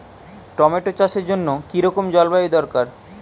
Tomato চাষের জন্য কি রকম জলবায়ু দরকার?